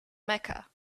mecca